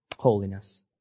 holiness